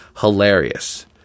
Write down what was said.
hilarious